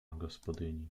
gospodyni